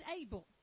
able